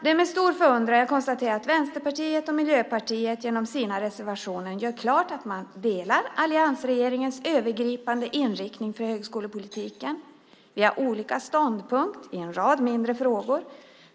Det är med stor förundran som jag konstaterar att Vänsterpartiet och Miljöpartiet genom sina reservationer gör klart att de delar alliansregeringens övergripande inriktning för högskolepolitiken. Vi har olika ståndpunkt i en rad mindre frågor.